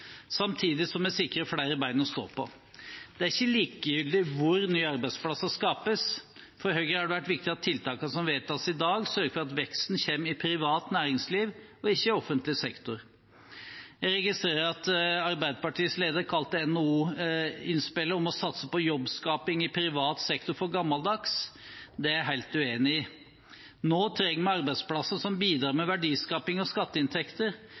samtidig som vi sikrer flere ben å stå på. Det er ikke likegyldig hvor nye arbeidsplasser skapes. For Høyre har det vært viktig at tiltakene som vedtas i dag, sørger for at veksten kommer i privat næringsliv, ikke i offentlig sektor. Jeg registrerer at Arbeiderpartiets leder kalte NHO-innspillet om å satse på jobbskaping i privat sektor for gammeldags. Det er jeg helt uenig i. Nå trenger vi arbeidsplasser som bidrar med verdiskaping og skatteinntekter,